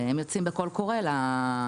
הם יוצאים בקול קורא לאיכרים,